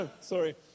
sorry